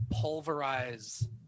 pulverize